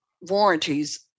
warranties